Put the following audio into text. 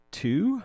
two